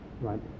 right